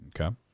Okay